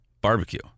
barbecue